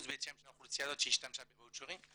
של האוכלוסייה שהשתמשה בוואוצ'רים,